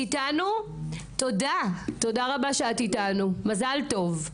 תודה שאת אתנו, מזל טוב.